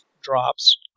drops